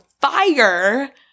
fire